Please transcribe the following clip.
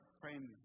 praying